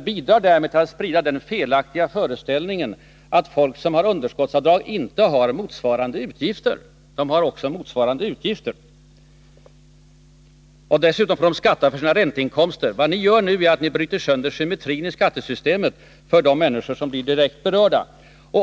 bidrar därmed till att sprida den felaktiga föreställningen att människor som har underskottsavdrag inte har motsvarande utgifter. Dessutom får de skatta för sina ränteinkomster. Vad ni gör nu är att ni bryter sönder symmetrin i skattesystemet för de människor som blir direkt berörda.